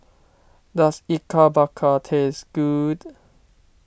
does Ikan Bakar taste good